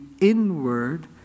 inward